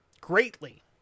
greatly